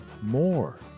more